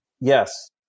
Yes